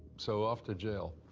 so off to jail.